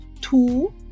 two